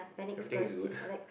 everything is good